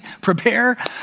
prepare